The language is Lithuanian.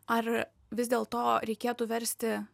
ar vis dėlto reikėtų versti